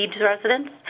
residents